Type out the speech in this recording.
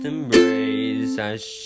Embrace